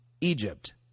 Egypt